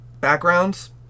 Backgrounds